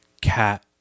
cat